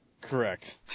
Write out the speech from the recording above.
Correct